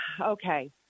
Okay